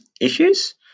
issues